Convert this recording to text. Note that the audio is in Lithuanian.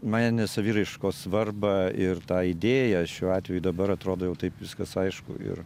meninės saviraiškos svarbą ir tą idėją šiuo atveju dabar atrodo jau taip viskas aišku ir